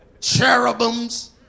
Cherubims